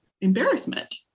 embarrassment